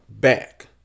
back